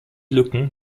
lücken